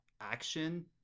action